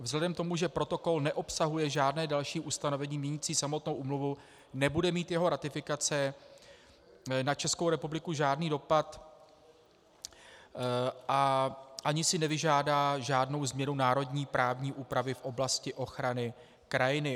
Vzhledem k tomu, že protokol neobsahuje žádné další ustanovení měnící samotnou úmluvu, nebude mít jeho ratifikace na Českou republiku žádný dopad a ani si nevyžádá žádnou změnu národní právní úpravy v oblasti ochrany krajiny.